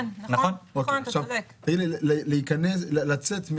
מדובר בעיקר בהסעות עובדים.